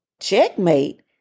Checkmate